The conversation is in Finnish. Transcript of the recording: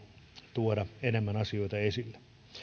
tuoda enemmän asioita esille